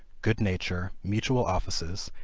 good-nature, mutual offices,